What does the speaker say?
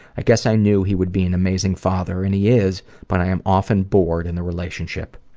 i guess i knew he would be an amazing father and he is but i am often bored in the relationship.